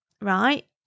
right